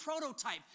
prototype